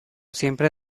siempre